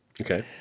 Okay